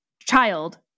child